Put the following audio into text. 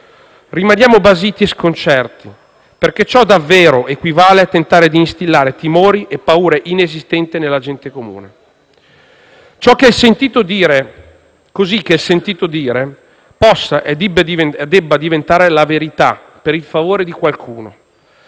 rimaniamo basiti e sconcerti, perché ciò davvero equivale a tentare di instillare timori e paure inesistenti nella gente comune; così che il sentito dire possa e debba diventare la verità per il favore di qualcuno.